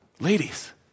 Ladies